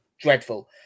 dreadful